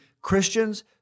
Christians